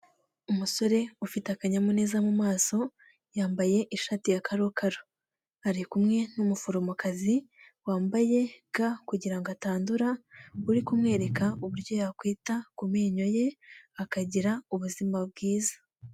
Umusore ufite akanyamuneza mu maso yambaye ishati ya karokaro ariku n'umuforomokazi wambaye ga kugira ngo atandura uri kumwereka uburyo yakwita ku menyo ye akagira ubuzima bwiza.